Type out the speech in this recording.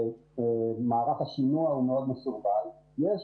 ומערך השינוע הוא מאוד מסורבל, יש